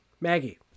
Maggie